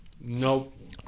Nope